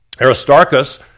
Aristarchus